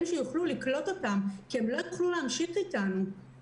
שיוכלו לקלוט אותם כי הם לא יוכלו להמשיך איתנו,